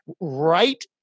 right